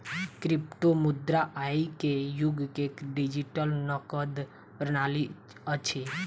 क्रिप्टोमुद्रा आई के युग के डिजिटल नकद प्रणाली अछि